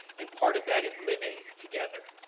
and part of that is living together.